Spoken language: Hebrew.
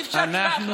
אי-אפשר ככה.